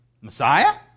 Messiah